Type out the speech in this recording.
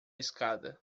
escada